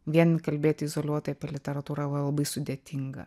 vien kalbėti izoliuotai literatūrą yra labai sudėtinga